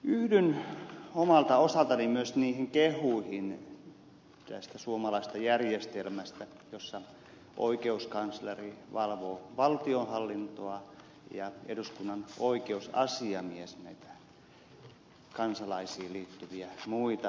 yhdyn omalta osaltani myös niihin kehuihin tästä suomalaisesta järjestelmästä jossa oikeuskansleri valvoo valtionhallintoa ja eduskunnan oikeusasiamies näitä kansalaisiin liittyviä muita kysymyksiä